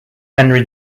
henry